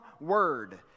word